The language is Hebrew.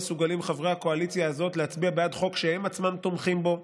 חברי הקואליציה הזאת לא מסוגלים להצביע בעד חוק שהם עצמם תומכים בו,